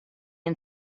and